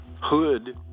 hood